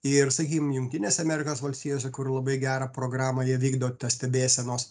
ir sakykim jungtinėse amerikos valstijose kur labai gerą programą jie vykdo tą stebėsenos